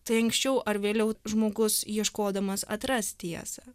tai anksčiau ar vėliau žmogus ieškodamas atras tiesą